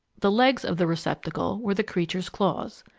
the legs of the receptacle were the creature's claws.